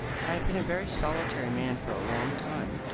but i have been a very solitary man for a long time,